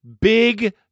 big